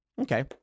Okay